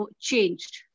changed